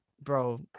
bro